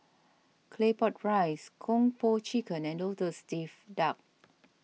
Claypot Rice Kung Po Chicken and Lotus Leaf Duck